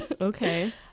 Okay